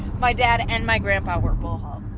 my dad and my grandpa were both. yeah.